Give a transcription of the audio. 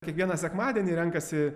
kiekvieną sekmadienį renkasi